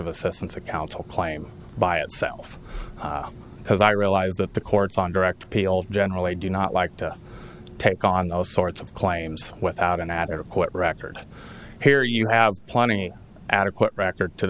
e assistance of counsel claim by itself because i realize that the courts on direct appeal generally do not like to take on those sorts of claims without an adequate record here you have plenty adequate record to